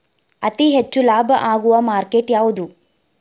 ಅತಿ ಹೆಚ್ಚು ಲಾಭ ಆಗುವ ಮಾರ್ಕೆಟ್ ಯಾವುದು?